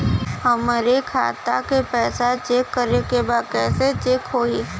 हमरे खाता के पैसा चेक करें बा कैसे चेक होई?